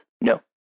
No